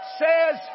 says